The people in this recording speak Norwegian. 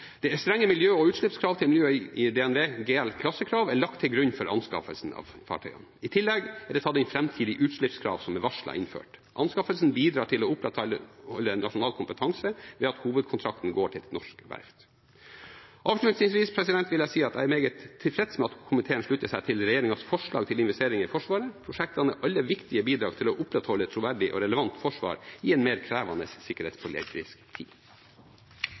Det er strenge miljø- og utslippskrav, og DNV GLs klassekrav er lagt til grunn for anskaffelsen av fartøyene. I tillegg er det tatt inn framtidig utslippskrav som er varslet innført. Anskaffelsen bidrar til å opprettholde en nasjonal kompetanse ved at hovedkontrakten går til et norsk verft. Avslutningsvis vil jeg si at jeg er meget tilfreds med at komiteen slutter seg til regjeringens forslag til investeringer i Forsvaret. Prosjektene er alle viktige bidrag til å opprettholde troverdig og relevant forsvar i en mer krevende sikkerhetspolitisk tid.